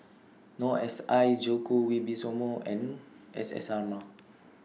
Noor S I Djoko Wibisono and S S Sarma